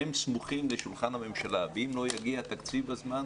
הם סמוכים לשולחן הממשלה ואם לא יגיע התקציב בזמן,